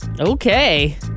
Okay